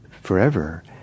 forever